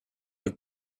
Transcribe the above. like